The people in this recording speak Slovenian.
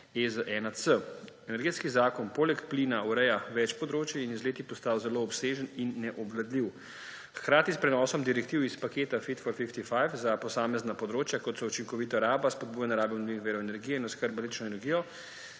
EZ-1C. Energetski zakon poleg plina ureja več področij in je z leti postal zelo obsežen in neobvladljiv. Hkrati se s prenosom direktiv iz paketa Fit for 55 za posamezna področja, kot so učinkovita raba, spodbujanje rabe obnovljivih virov energije in oskrba z električno energijo,